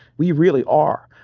we really are.